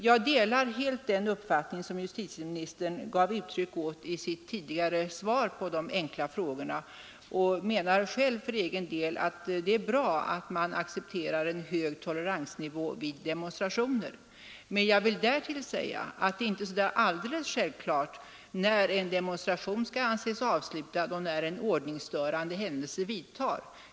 Jag delar helt den uppfattning som herr statsrådet för en liten stund sedan gav uttryck åt i sitt svar på tre enkla frågor i ämnet och menar för egen del att det är bra att man accepterar en hög toleransnivå vid demonstrationer. Men jag vill därtill säga att det är inte alldeles självklart när en demonstration skall anses avslutad och när en ordningsstörande händelse vidtar.